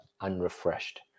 unrefreshed